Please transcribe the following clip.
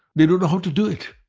they don't know how to do it.